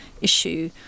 issue